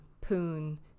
poon